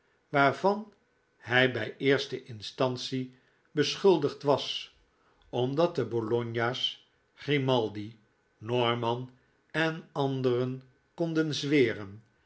waarvan hij bij eerste instantie beschuldigd was omdat de bologna's grimaldi norman en anderen konden zweren